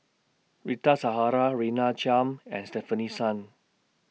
Rita Zahara Chiam and Stefanie Sun